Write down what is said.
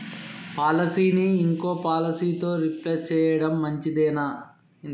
పాలసీని ఇంకో పాలసీతో రీప్లేస్ చేయడం మంచిదేనా?